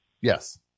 Yes